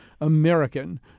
American